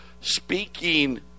Speaking